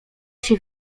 sie